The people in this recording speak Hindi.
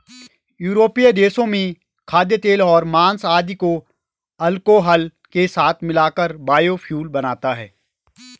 यूरोपीय देशों में खाद्यतेल और माँस आदि को अल्कोहल के साथ मिलाकर बायोफ्यूल बनता है